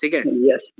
Yes